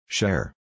Share